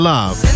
Love